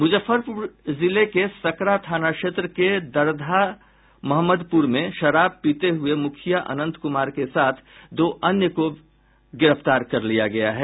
मुजफ्फरपुर जिले के सकरा थाना क्षेत्र के दरधा महमदपुर में शराब पीते हुए मुखिया अनंत कुमार के साथ दो अन्य को व्यक्ति को गिरफ्तार किया है